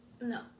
no